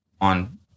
on